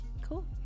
cool